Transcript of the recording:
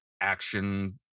action